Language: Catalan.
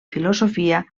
filosofia